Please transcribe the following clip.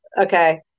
Okay